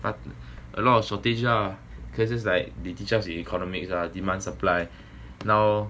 but a lot of shortage lah cause like they teach in economics ah demand and supply now